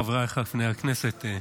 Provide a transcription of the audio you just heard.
חבריי חברי הכנסת,